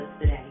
today